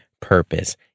purpose